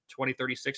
2036